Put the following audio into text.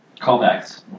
Callbacks